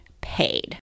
paid